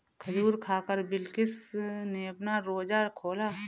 खजूर खाकर बिलकिश ने अपना रोजा खोला